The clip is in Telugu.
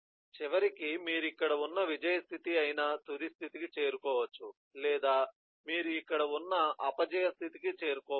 చివరికి మీరు ఇక్కడ ఉన్న విజయ స్థితి అయిన తుది స్థితికి చేరుకోవచ్చు లేదా మీరు ఇక్కడ ఉన్న అపవిజయ స్థితికి చేరుకోవచ్చు